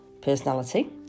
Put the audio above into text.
personality